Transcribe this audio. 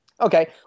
Okay